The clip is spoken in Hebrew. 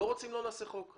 אם לא רוצים, לא נעשה חוק.